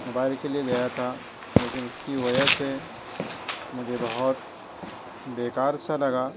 mobile کے لیے گیا تھا لیکن اِس کی وجہ سے مجھے بہت بیکار سا لگا